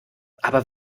aber